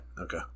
Okay